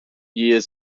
years